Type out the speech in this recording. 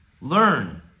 Learn